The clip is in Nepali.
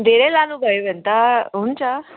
धेरै लानुभयो भने त हुन्छ